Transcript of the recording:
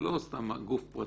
זה לא סתם גוף פרטי,